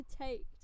take